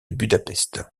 budapest